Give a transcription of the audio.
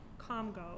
Comgo